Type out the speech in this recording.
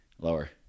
Lower